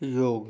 योग